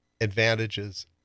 advantages